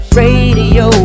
radio